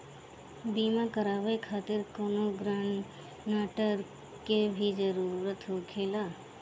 बीमा कराने खातिर कौनो ग्रानटर के भी जरूरत होखे ला?